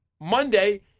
Monday